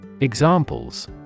Examples